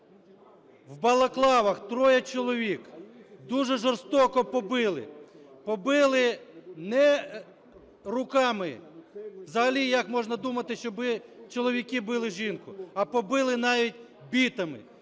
в балаклавах троє чоловік дуже жорстоко побили, побили не руками – взагалі як можна думати, щоб чоловіки били жінку? – а побили навіть бітами.